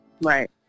Right